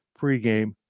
pregame